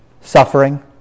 suffering